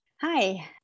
Hi